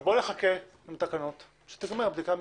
אז נחכה עם התקנות עד שתסתיים הבדיקה המקצועית.